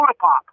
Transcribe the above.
pop